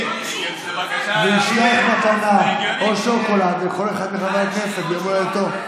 שיקבל מתנה או שוקולד מכל אחד מחברי הכנסת ביום הולדתו.